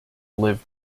lived